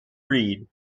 read